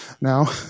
now